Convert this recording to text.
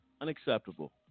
Unacceptable